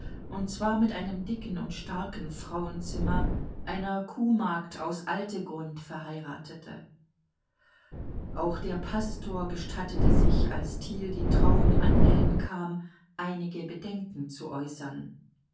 und zwar mit einem dicken und starken frauenzimmer einer kuhmagd aus alte grund verheiratete auch der pastor gestattete sich als thiel die trauung anmelden kam einige bedenken zu äußern